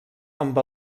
amb